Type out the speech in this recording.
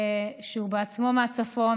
שהוא בעצמו מהצפון,